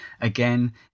again